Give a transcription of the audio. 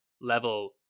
level